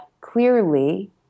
clearly